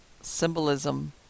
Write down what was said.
symbolism